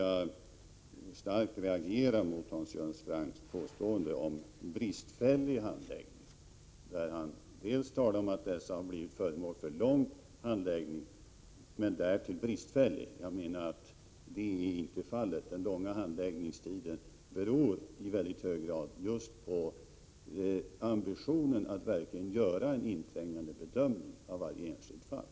Jag reagerar starkt mot Hans Göran Francks påstående om bristfällig handläggning. Han talade om att utvisningsärendena blivit föremål för lång och därtill bristfällig handläggning. Jag menar att så inte är fallet. Den långa handläggningstiden beror i mycket hög grad på ambitionen att verkligen göra en inträngande bedömning av varje enskilt fall.